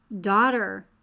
daughter